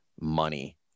money